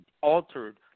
altered